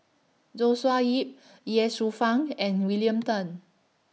Joshua Ip Ye Shufang and William Tan